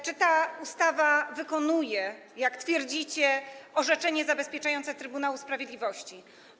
Czy ta ustawa wykonuje, jak twierdzicie, orzeczenie zabezpieczające Trybunału Sprawiedliwości?